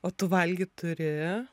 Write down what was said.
o tu valgyt turi